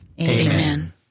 Amen